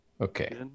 Okay